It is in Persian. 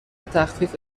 تخفیف